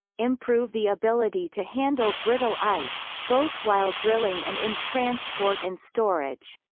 improve the ability to handle brittle ice, both while drilling and in transport and storage